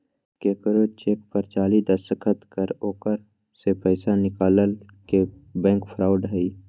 केकरो चेक पर जाली दस्तखत कर ओकरा से पैसा निकालना के बैंक फ्रॉड हई